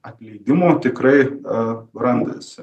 atleidimų tikrai randasi